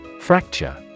Fracture